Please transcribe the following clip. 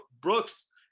Brooks